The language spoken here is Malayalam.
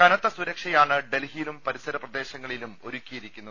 കനത്ത സുരക്ഷയാണ് ഡൽഹിയിലും പരിസരപ്രദേശങ്ങളിലും ഒരുക്കിയിരിക്കുന്നത്